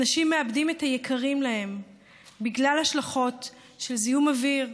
אנשים מאבדים את היקרים להם בגלל השלכות של זיהום אוויר,